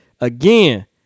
Again